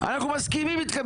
-- הבנתי, אני מסכים איתכם.